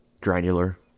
granular